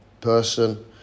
person